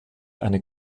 eine